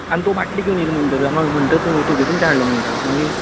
आनी तो बाटली घेवन येयलां म्हणटा तर आनी म्हणटा तो तुगे थंयच्यान हाडलां म्हणटा मागीर